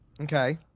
Okay